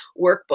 workbook